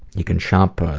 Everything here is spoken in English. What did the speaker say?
you can shop.